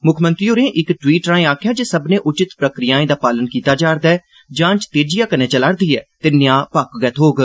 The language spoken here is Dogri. मुक्खमंत्री होरें इक ट्वीट राए ऑक्खेआ जे सब्बने उचित प्रक्रियाए दा पालन कीता जारदा ऐ जांच तेजिआं कन्नै चला'रदी ऐ ते न्याऽ पक्क गै थ्होग